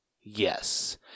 Yes